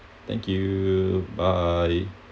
thank you bye